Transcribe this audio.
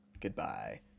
Goodbye